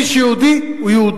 מי שהוא יהודי, הוא יהודי.